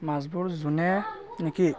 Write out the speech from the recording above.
মাছবোৰ যোনে নেকি